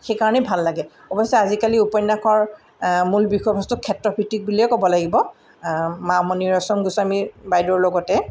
সেইকাৰণেই ভাল লাগে অৱশ্যে আজিকালি উপন্যাসৰ মূল বিষয়বস্তু ক্ষেত্ৰভিত্তিক বুলিয়ে ক'ব লাগিব মামনি ৰয়চম গোস্বামীৰ বাইদেউৰ লগতে